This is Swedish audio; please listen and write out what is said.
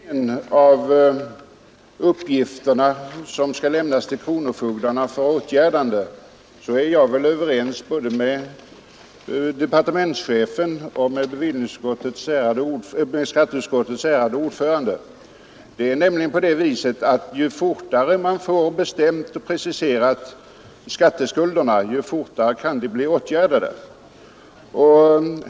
Herr talman! När det gäller att påskynda de uppgifter som skall lämnas till kronofogdarna för åtgärdande är jag överens med både departementschefen och skatteutskottets ärade ordförande. Ju fortare man får skatteskulderna preciserade, desto fortare kan de bli åtgärdade.